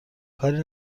کاری